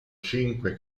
cinque